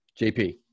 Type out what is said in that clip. JP